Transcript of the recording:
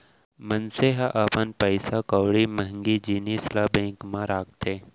मनसे ह अपन पइसा कउड़ी महँगी जिनिस ल बेंक म राखथे